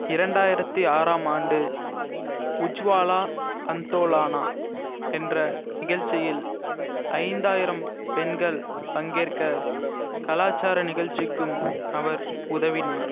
இரண்டாயிரத்து ஆறாம் ஆண்டு உஜ்வாலா அந்தோலனா என்ற நிகழ்ச்சியில் ஐந்தாயிரம் பெண்கள் பங்கேற்க கலாச்சார நிகழ்ச்சிக்கும் அவர் உதவினார்